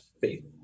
faith